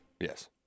Yes